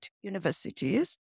universities